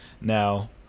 now